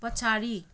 पछाडि